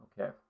Okay